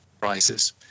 Prices